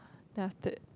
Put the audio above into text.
then after that